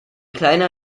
kleiner